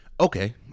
Okay